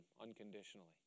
unconditionally